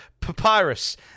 papyrus